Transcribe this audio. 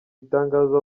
itangazo